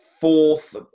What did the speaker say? fourth